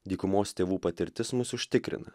dykumos tėvų patirtis mus užtikrina